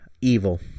Evil